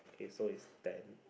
okay so it's ten